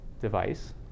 device